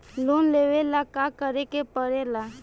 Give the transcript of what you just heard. Loan लेबे ला का करे के पड़े ला?